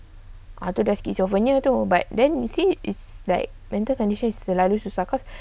ah tu dah schizophrenia tu but then you see is like mental condition is terlalu susah cause